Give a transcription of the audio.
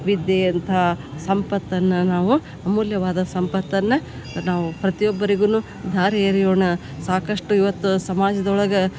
ವಿದ್ಯೆಯಂಥ ಸಂಪತ್ತನ್ನು ನಾವು ಅಮೂಲ್ಯವಾದ ಸಂಪತ್ತನ್ನು ನಾವು ಪ್ರತ್ಯೊಬ್ಬರಿಗೂ ಧಾರೆ ಎರೆಯೋಣ ಸಾಕಷ್ಟು ಇವತ್ತು ಸಮಾಜದೊಳಗೆ